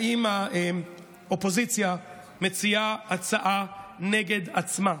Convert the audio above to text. האם האופוזיציה מציעה הצעה נגד עצמה?